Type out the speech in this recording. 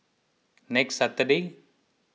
next Saturday